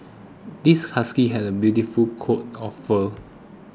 this husky has a beautiful coat of fur